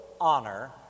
honor